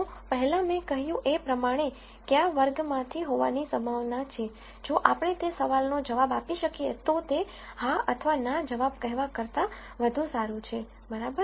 તો પહેલાં મેં કહ્યું એ પ્રમાણે ક્યાં વર્ગમાંથી હોવાની સંભાવના છે જો આપણે તે સવાલનો જવાબ આપી શકીએ તો તે હા અથવા ના જવાબ કહેવા કરતાં વધુ સારું છે બરાબર